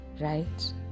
right